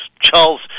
Charles